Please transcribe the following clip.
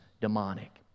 demonic